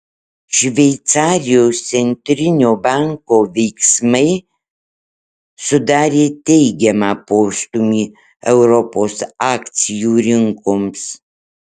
šveicarijos centrinio banko veiksmai sudarė teigiamą postūmį europos akcijų rinkoms